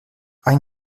ein